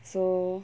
so